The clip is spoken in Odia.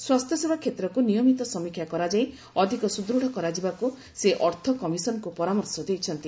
ସ୍ୱାସ୍ଥ୍ୟସେବା କ୍ଷେତ୍ରକୁ ନିୟମିତ ସମୀକ୍ଷା କରାଯାଇ ଅଧିକ ସୁଦୃଢ଼ କରାଯିବାକୁ ସେ ଅର୍ଥ କମିଶନକୁ ପରାମର୍ଶ ଦେଇଛନ୍ତି